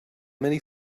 many